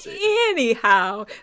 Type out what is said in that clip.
anyhow